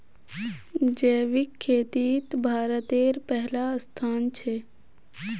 जैविक खेतित भारतेर पहला स्थान छे